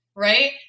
right